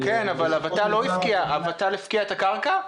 הות"ל הפקיעה את הקרקע?